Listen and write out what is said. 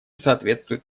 соответствует